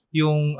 yung